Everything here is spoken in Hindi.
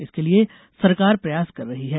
इसके लिये सरकार प्रयास कर रही है